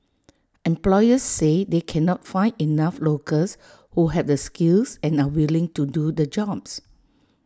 employers say they cannot find enough locals who have the skills and are willing to do the jobs